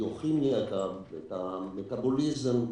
הביוכימיה ואת המטבוליזם.